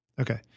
Okay